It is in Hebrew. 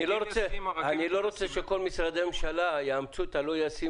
אני לא רוצה שכל משרדי הממשלה יאמצו לא ישים,